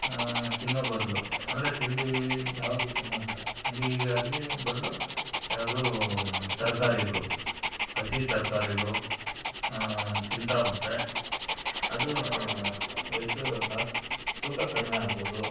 ತಿನ್ನೋ ಬದಲು ಅಂದರೆ ತಿಂಡಿ ಯಾವುದು ತಿನ್ನೋದು ಬೇಡ ತಿಂಡಿಗಾಗಿ ಬದಲು ಯಾವುದೂ ತರಕಾರಿಗ್ಳು ಹಸಿ ತರಕಾರಿಗ್ಳು ತಿಂತಾ ಬಂದರೆ ಅದು ವೆಯ್ಟು ಲಾಸ್ ತೂಕ ಕಡಿಮೆ ಆಗ್ಬೋದು